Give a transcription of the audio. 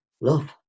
love